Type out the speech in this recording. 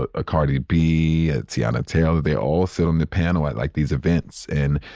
ah a cardi b, a tiana taylor. they all sit on the panel at like these events and,